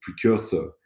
precursor